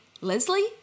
Leslie